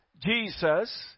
Jesus